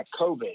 COVID